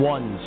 One